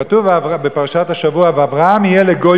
כתוב בפרשת השבוע: "ואברהם יהיה לגוי